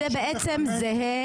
אנחנו לא מחויבים לזמן